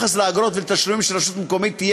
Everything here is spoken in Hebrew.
אשר לאגרות ולתשלומים שרשות מקומית תהיה